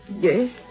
Yes